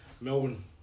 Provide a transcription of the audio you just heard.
Melbourne